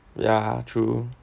ya true